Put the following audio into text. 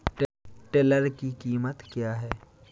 Tiller की कीमत क्या है?